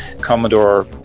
Commodore